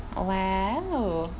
!wow!